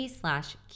slash